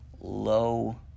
low